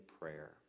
prayer